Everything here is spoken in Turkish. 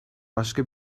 başka